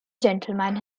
gentleman